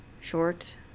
short